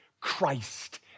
Christ